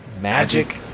magic